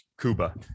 Cuba